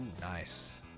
nice